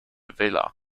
villa